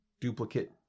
duplicate